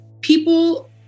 people